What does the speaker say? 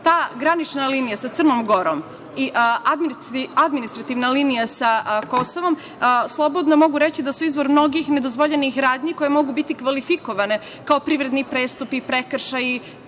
Ta granična linija sa Crnom Gorom i administrativna linija sa Kosovom, slobodno mogu reći da su izvor mnogih nedozvoljenih radnji koje mogu biti kvalifikovane kao privredni prestupi, prekršaji,